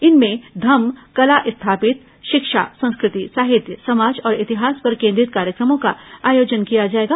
इनमें धम्म कला स्थापित शिक्षा संस्कृति साहित्य समाज और इतिहास पर केंद्रित कार्यक्रमों का आयोजन किया जाएगा